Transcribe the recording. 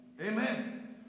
Amen